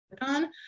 on